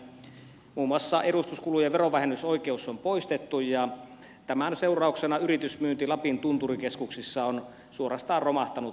nimittäin muun muassa edustuskulujen verovähennysoikeus on poistettu ja tämän seurauksena yritysmyynti lapin tunturikeskuksissa on suorastaan romahtanut paikoin